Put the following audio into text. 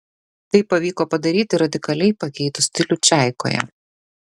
tai pavyko padaryti radikaliai pakeitus stilių čaikoje